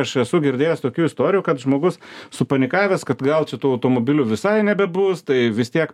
aš esu girdėjęs tokių istorijų kad žmogus supanikavęs kad gauti tų automobilių visai nebebus tai vis tiek